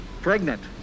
pregnant